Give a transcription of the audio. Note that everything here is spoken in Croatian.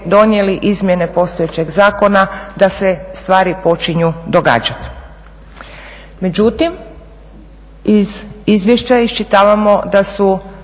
izmjene postojećeg zakona da se stvari počinju događati. Međutim, iz izvješća iščitavamo da su